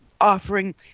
offering